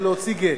ולהוציא גט,